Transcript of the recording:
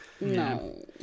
No